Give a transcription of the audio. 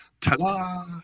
ta-da